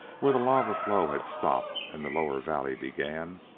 where the lava flow had stopped and the lower valley began,